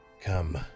Come